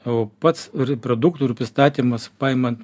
o pats produktų ir pristatymas paimant